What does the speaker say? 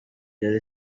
yari